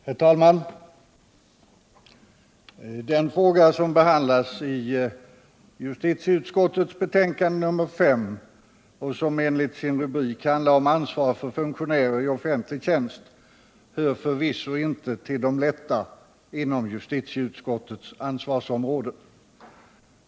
Herr talman! Den fråga som behandlas i justitieutskottets betänkande nr 5 och som enligt sin rubrik handlar om ansvar för funktionärer i offentlig tjänst hör förvisso inte till de lätta inom justitieutskottets ansvarsområde.